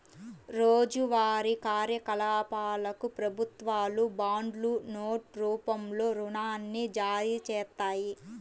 రోజువారీ కార్యకలాపాలకు ప్రభుత్వాలు బాండ్లు, నోట్ రూపంలో రుణాన్ని జారీచేత్తాయి